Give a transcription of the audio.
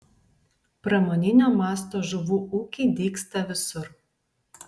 pramoninio masto žuvų ūkiai dygsta visur